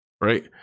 Right